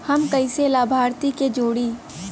हम कइसे लाभार्थी के जोड़ी?